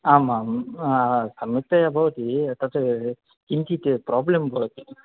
आम् आं सम्यक्तया भवति तत् किञ्चित् प्राब्लं भवति